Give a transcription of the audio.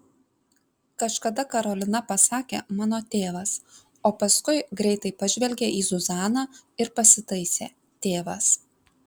kažkada karolina pasakė mano tėvas o paskui greitai pažvelgė į zuzaną ir pasitaisė tėvas